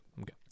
Okay